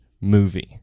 movie